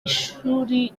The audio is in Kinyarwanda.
ishami